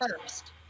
first